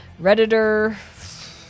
Redditor